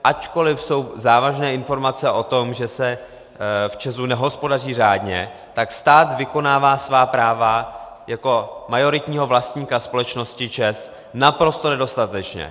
Ačkoliv jsou závažné informace o tom, že se v ČEZu nehospodaří řádně, tak stát vykonává svá práva jako majoritního vlastníka společnosti ČEZ naprosto nedostatečně.